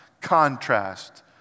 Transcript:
contrast